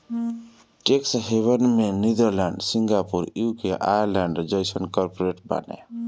tax haven में Netherlands, Singapore, UK, Ireland जइसन corporate बाने